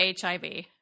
hiv